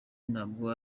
ntabwo